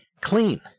clean